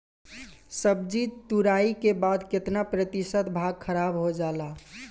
सब्जी तुराई के बाद केतना प्रतिशत भाग खराब हो जाला?